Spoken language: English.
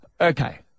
Okay